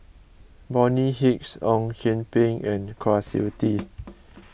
Bonny Hicks Ong Kian Peng and Kwa Siew Tee